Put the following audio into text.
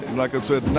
like i said,